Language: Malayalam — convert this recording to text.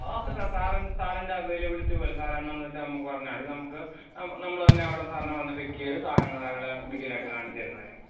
ഓക്കെ സാർ സാറിൻ്റെ സാറിൻ്റെ അവൈലബിലിറ്റി പോലെ സർ എന്നാണെന്ന് വെച്ചാൽ നമുക്ക് പറഞ്ഞാൽ മതി നമുക്ക് നമ്മള് തന്നെ അവിടെ സാറിനെ വന്ന് പിക്കിത് സാധനങ്ങളും കാര്യങ്ങളും ഡീറ്റൈലായിട്ട് കാണിച്ചുതരുന്നതായിരിക്കും